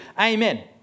Amen